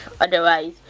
otherwise